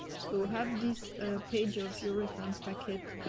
so, have this page of your reference packet